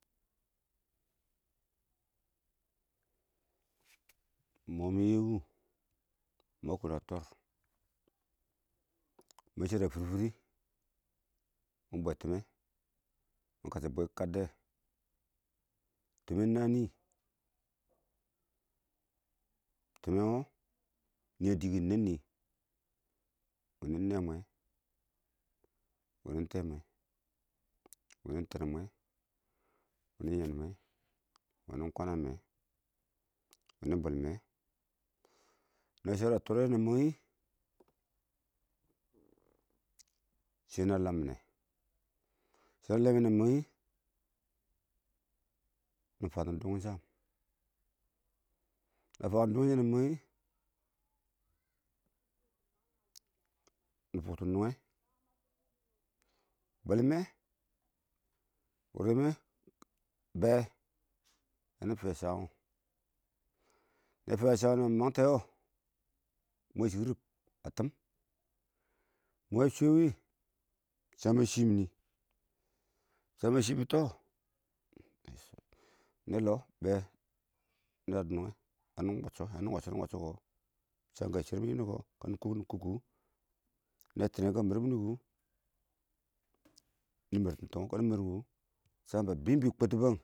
iɪng mɔ mɪn yɛbʊ ma kunni a təra shərɪ a firfir mɪ bwɔ timmɛ mɪn kashɔ bwɛ kaddɛ timmɛ nani, timmɛ niyɛ dɪ kɪ dɪ nɛnni wini nɛ mwɛ wini ingtɛ mwɛ, winin tɛn mɔ win yɛn mɛ wini kwana mɛ wini bwɛlmɛ na shərɪ a tər wɛ wini na mang nɪ shɛnɛ a lam ninɛ, shɛnɛ a lammine wɛ na mang nɪ, nɪ fatin dʊngʊm cham na fabʊ dʊngʊm shɪ wɔ na mang nɪ, nɪ fʊktʊ bwɛl nungɛ wʊrɛ mɛ, bwɛl mɛ kɪ bɛ yani fiwɛ cham wɔ, na fɪ wɛ cham wɔ na mang tɛshɔ, mwɛ shɪ rɪm a tɪm mwɛ a shwa wɪɪn cham a shɪ mini cham ma mini wɪɪn, mɪ tɔ nɔlɔ be niyɛ dinunfɛ yani wacchɔ nɪ wacchɔ kə chan shərɪ mini nɔni kɔ nɪ kum kʊ kanɛ tɪm mar mini kʊ nɪ martin tɪm wɔ cham ba bib-bib kwətifəm.